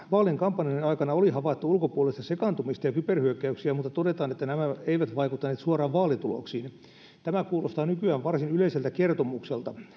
vaalien kampanjoinnin aikana oli havaittu ulkopuolista sekaantumista ja kyberhyökkäyksiä mutta todetaan että nämä eivät vaikuttaneet suoraan vaalituloksiin tämä kuulostaa nykyään varsin yleiseltä kertomukselta